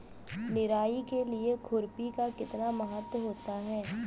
निराई के लिए खुरपी का कितना महत्व होता है?